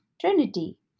trinity